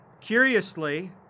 Curiously